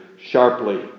sharply